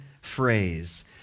phrase